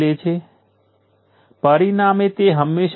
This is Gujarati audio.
તેથી હવે આપણે આ દરેક કરંટો અને વોલ્ટેજની ગણતરી કરીશું